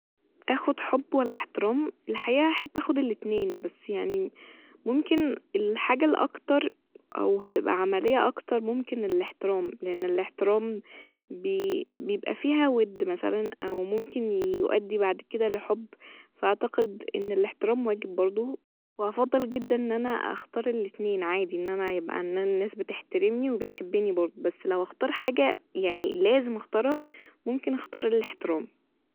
آخد حب ولا احترام ، الحقيقة أحب آخد الاتنين بس يعني ممكن الحاجة الأكتر أو هتبقى عملية أكتر ممكن الاحترام لإن الاحترام بي- بيبقى فيها ود مثلا أو ممكن يؤدي بعد كده لحب فأعتقد إن الاحترام واجب برضه وهفضل جدا إن أنا أختار الاتنين عادي إن أنا يبقى أنا الناس بتحترمني وبتحبني برضه بس لو هختار حاجة يعني لازم اختارها ممكن أختار الاحترام